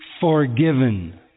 forgiven